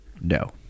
No